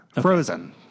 Frozen